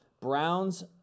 Browns